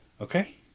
Okay